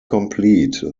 complete